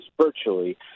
virtually